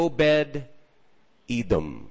Obed-Edom